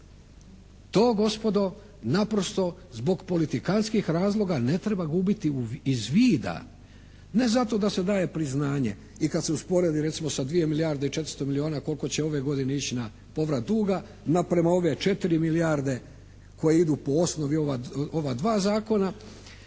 To gospodo naprosto zbog politikantskih razloga ne treba gubiti iz vida, ne zato da se daje priznanje i kad se usporedi recimo sa 2 milijarde i 400 milijuna koliko će ove godine ići na povrat duga na prema ove 4 milijarde koje idu po osnovi ova dva zakona